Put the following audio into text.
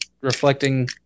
reflecting